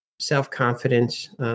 self-confidence